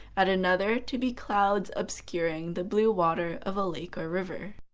at another to be clouds obscuring the blue water of a lake or river.